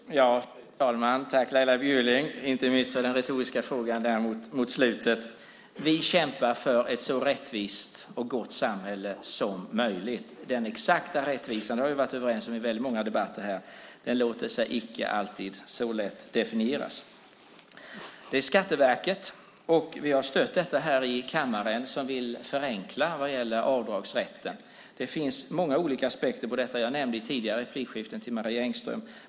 Fru talman! Tack, Laila Bjurling, inte minst för den retoriska frågan mot slutet! Vi kämpar för ett så rättvist och gott samhälle som möjligt. Den exakta rättvisan - det har vi varit överens om i väldigt många debatter - låter sig icke alltid så lätt definieras. Det är Skatteverket som vill förenkla vad gäller avdragsrätten, och vi har stött det här i kammaren. Det finns många olika aspekter på detta, som jag nämnde i ett tidigare replikskifte med Marie Engström.